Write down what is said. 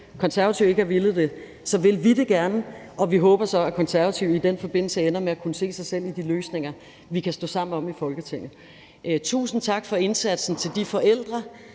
Konservative ikke har villet det, vil vi det gerne, og vi håber så, at Konservative i den forbindelse ender med at kunne se sig selv i de løsninger, vi kan stå sammen om i Folketinget. Tusind tak for indsatsen til de forældre